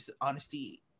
honesty